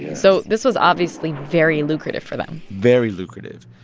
so this was obviously very lucrative for them very lucrative.